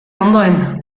ondoen